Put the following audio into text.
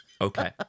okay